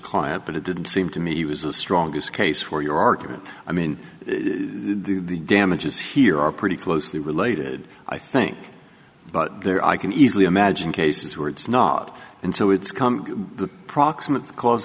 client but it did seem to me he was the strongest case for your argument i mean the damages here are pretty closely related i think but there i can easily imagine cases where it's not and so it's come the proximate cause